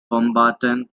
bombardment